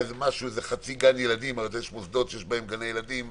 מוסד ויש בו חצי גן ילדים יש מוסדות שיש בהם גני ילדים,